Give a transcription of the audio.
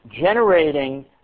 generating